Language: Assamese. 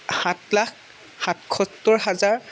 সাত লাখ সাতসত্তৰ হাজাৰ